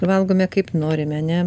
valgome kaip norim ane